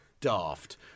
daft